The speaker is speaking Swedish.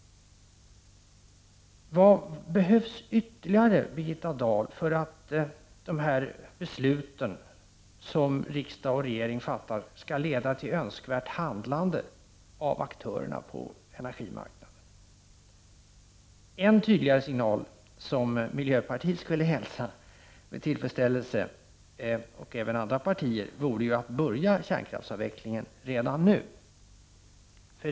Vad behövs ytterligare, Birgitta Dahl, för att dessa beslut som riksdag och regering har fattat skall leda till önskvärt handlande av aktörerna på energimarknaden? En tydligare signal som miljöpartiet, och även andra partier, skulle hälsa med tillfredsställelse är ett påbörjande av kärnkraftsavvecklingen redan nu.